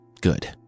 Good